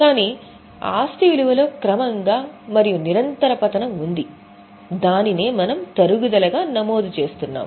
కానీ ఆస్తి విలువలో క్రమంగా మరియు నిరంతర పతనం ఉంది దానినే మనము తరుగుదలగా నమోదు చేస్తున్నాము